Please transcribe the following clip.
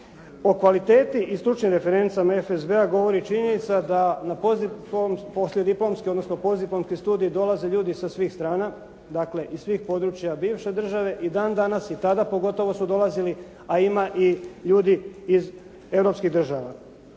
O kvaliteti i stručnim referencama FSB-a govori činjenica da na poslijediplomski odnosno postdiplomski studij dolaze ljudi sa svih strana, dakle iz svih područja bivše države i dan danas i tada pogotovo su dolazili a ima i ljudi iz europskih država.